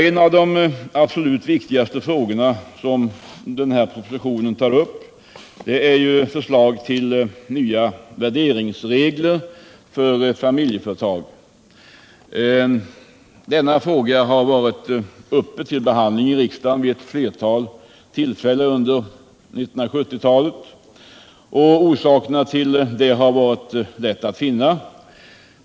En av de allra viktigaste frågorna i propositionen är förslaget till nya värderingsregler för familjeföretag. Den frågan har varit uppe till behandling i riksdagen vid ett flertal tillfällen under 1970-talet, och orsaken därtill har varit lätt att finna.